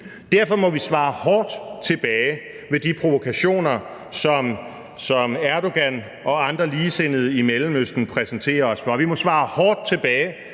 Derfor må vi svare hårdt igen over for de provokationer, som Erdogan og andre ligesindede i Mellemøsten præsenterer os for.